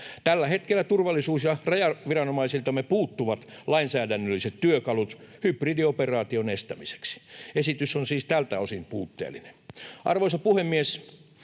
Tällä hetkellä turvallisuus- ja rajaviranomaisiltamme puuttuvat lainsäädännölliset työkalut hybridioperaation estämiseksi. Esitys on siis tältä osin puutteellinen. Arvoisa puhemies!